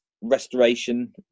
restoration